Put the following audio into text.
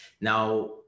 now